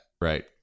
right